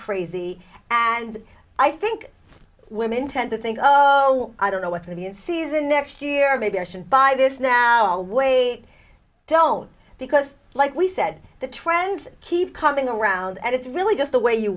crazy and i think women tend to think oh oh i don't know with me in season next year maybe i should buy this now wait don't because like we said the trends keep coming around and it's really just the way you